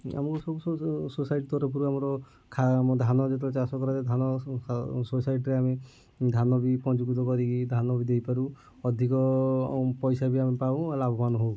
ଆମକୁ ସବୁ ସବୁ ସୋସାଇଟି ତରଫରୁ ଆମର ଖା ଧାନ ଯେତେବେଳେ ଚାଷ କରାଯାଏ ଧାନ ସୋସାଇଟିରେ ଆମେ ଧାନ ବି ପଞ୍ଜୀକୃତ କରିକି ଧାନ ବି ଦେଇପାରୁ ଅଧିକ ପଇସା ବି ଆମେ ପାଉ ଆଉ ଲାଭବାନ ହେଉ